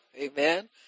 Amen